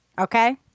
Okay